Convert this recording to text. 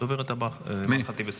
הדוברת הבאה, ח'טיב יאסין.